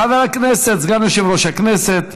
חבר הכנסת, סגן יושב-ראש הכנסת,